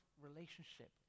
relationship